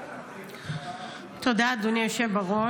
אדוני היושב-ראש.